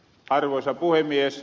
arvoisa puhemies